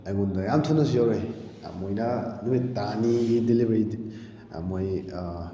ꯑꯩꯉꯣꯟꯗ ꯌꯥꯝ ꯊꯨꯅꯁꯨ ꯌꯧꯔꯛꯏ ꯃꯣꯏꯅ ꯅꯨꯃꯤꯠ ꯇꯔꯥꯅꯤꯒꯤ ꯗꯦꯂꯤꯕꯔꯤ ꯃꯣꯏ